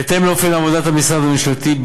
בהתאם לאופן עבודת המשרד הממשלתי.